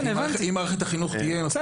אם מערכת החינוך תהיה מספיק --- תכף